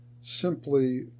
simply